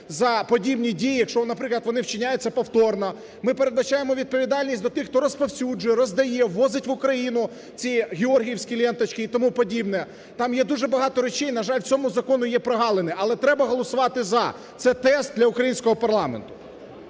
за подібні дії, якщо, наприклад, вони вчиняються повторно, ми передбачаємо відповідальність до тих, хто розповсюджує, роздає, ввозить в Україну ці георгіївські ленточки і тому подібне. Там є дуже багато речей, на жаль, в цьому законі є прогалини, але треба голосувати "за", це тест для українського парламенту.